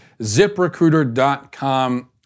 ziprecruiter.com